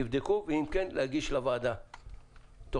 תבדקו, ואם כן, להגיש לוועדה תוכנית.